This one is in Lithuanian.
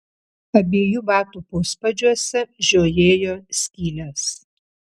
abiejų batų puspadžiuose žiojėjo skylės